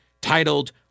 titled